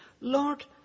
Lord